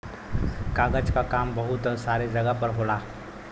कागज क काम बहुत सारे जगह पर होला